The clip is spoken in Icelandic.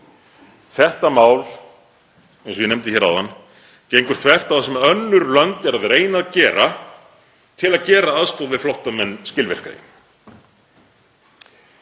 Þetta mál, eins og ég nefndi hér áðan, gengur þvert á það sem önnur lönd eru að reyna að gera til að gera aðstoð við flóttamenn skilvirkari.